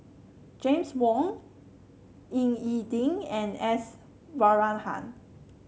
James Wong Ying E Ding and S Varathan